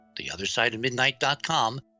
theothersideofmidnight.com